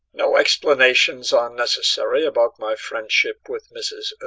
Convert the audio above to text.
no explanations are necessary about my friendship with mrs.